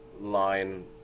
line